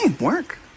work